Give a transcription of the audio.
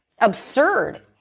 absurd